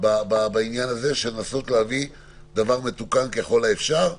ויעזור לנו להביא דבר מתוקן ככל האפשר.